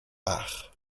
ach